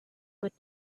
would